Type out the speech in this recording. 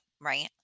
right